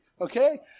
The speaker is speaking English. okay